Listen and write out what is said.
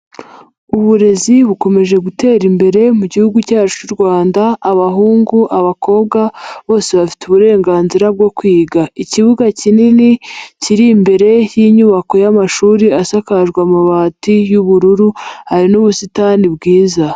Uburezi bukomeje gutera imbere mu gihugu cyacu cy'u Rwanda, abahungu abakobwa bose bafite uburenganzira bwo kwiga. Ikibuga kinini kiri imbere y'inyubako y'amashuri asakarwa amabati y'ubururu, hari n'ubusitani bwiza.